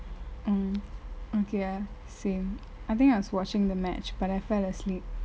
orh okay ya same I think I was watching the match but I fell asleep